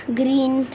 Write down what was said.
green